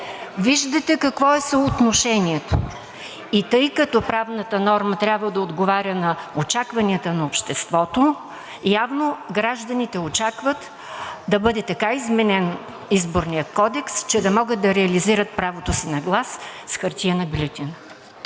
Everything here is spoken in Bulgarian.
Виждате какво е съотношението и тъй като правната норма трябва да отговаря на очакванията на обществото, явно гражданите очакват да бъде така изменен Изборният кодекс, че да могат да реализират правото си на глас с хартиена бюлетина.